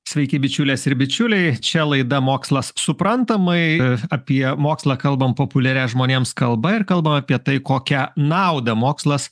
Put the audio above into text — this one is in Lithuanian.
sveiki bičiulės ir bičiuliai čia laida mokslas suprantamai apie mokslą kalbam populiaria žmonėms kalba ir kalbam apie tai kokią naudą mokslas